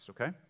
okay